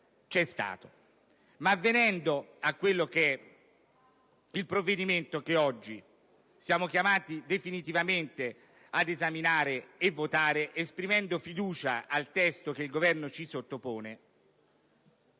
Ma venendo al provvedimento che oggi siamo chiamati definitivamente ad esaminare e votare, esprimendo fiducia al testo che il Governo ci sottopone,